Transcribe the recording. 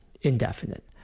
indefinite